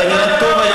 אתה נראה טוב היום,